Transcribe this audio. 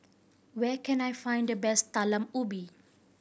where can I find the best Talam Ubi